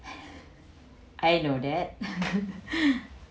I know that